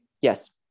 yes